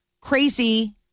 crazy